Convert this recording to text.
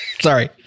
Sorry